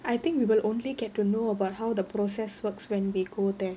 I think we will only get to know about how the process works when we go there